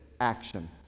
action